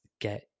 get